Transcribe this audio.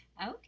Okay